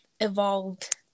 evolved